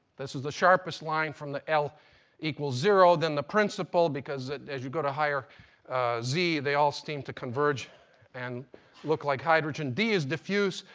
this is the sharpest line from the l equals zero then the principal because as you go to z they all seem to converge and look like hydrogen d is diffuse,